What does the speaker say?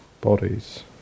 bodies